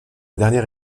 dernière